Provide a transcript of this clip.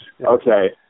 okay